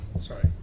Sorry